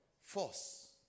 Force